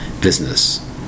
business